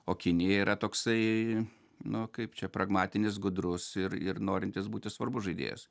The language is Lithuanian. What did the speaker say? o kinija yra toksai nu kaip čia pragmatinis gudrus ir ir norintis būti svarbus žaidėjas